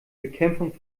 bekämpfung